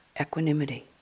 equanimity